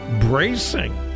bracing